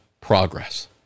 progress